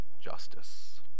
justice